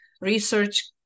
research